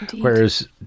Whereas